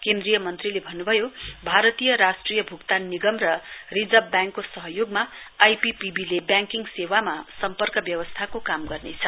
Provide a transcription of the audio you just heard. केन्द्रीय मन्त्रीले भन्न्भयो भारतीय राष्ट्रिय भूक्तान निगम र रिजर्व व्याङ्कको सहयोगमा आईपीपीबी ले व्याङ्किङ सेवामा सम्पर्क व्यवस्थाको काम गर्नेछ